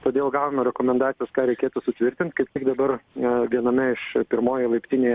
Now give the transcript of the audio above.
todėl gavome rekomendacijos ką reikėtų sutvirtint kaip tik dabar viename iš pirmojoj laiptinėj